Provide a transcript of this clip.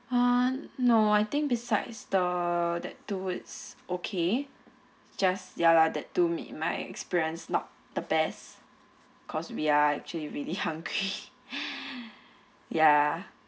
ah no I think besides the that towards okay just ya lah that too made my experience not the best cause we are really hungry ya